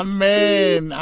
Amen